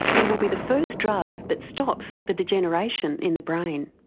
it it will be the first drug that stops the degeneration in the brain.